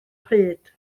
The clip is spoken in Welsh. pryd